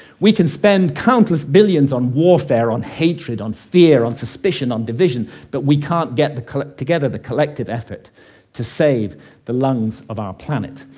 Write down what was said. we can spend countless billions on warfare, on hatred, on fear, on suspicion, on division, but we can't get together the collective effort to save the lungs of our planet.